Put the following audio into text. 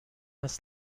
است